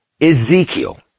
Ezekiel